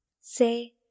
Say